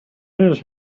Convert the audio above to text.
his